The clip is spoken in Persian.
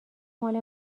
مال